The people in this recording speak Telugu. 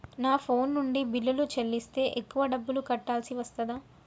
నా ఫోన్ నుండి బిల్లులు చెల్లిస్తే ఎక్కువ డబ్బులు కట్టాల్సి వస్తదా?